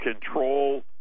control